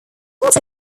also